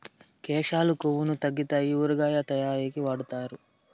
కేశాలు కొవ్వును తగ్గితాయి ఊరగాయ తయారీకి వాడుతారు